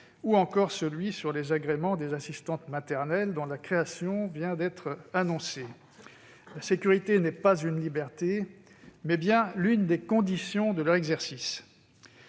ou encore celui sur les agréments des assistantes maternelles, dont la création vient d'être annoncée. La sécurité ne figure pas au nombre des libertés, mais elle est bien l'une des conditions de leur exercice.